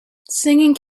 singing